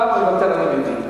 אתה מוותר, אני מבין.